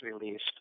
released